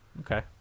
okay